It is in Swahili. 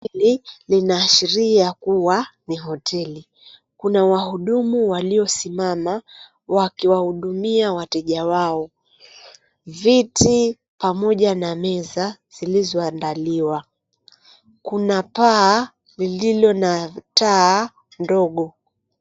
Hili linaashiria kuwa ni hoteli. Kuna wahudumu waliosimama wakiwahudumia wateja wao. Viti pamoja na meza zilizoandaliwa. Kuna paa lililo na taa ndogo.